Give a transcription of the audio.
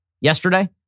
yesterday